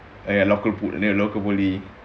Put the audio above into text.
ya local pol~ local poly